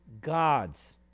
God's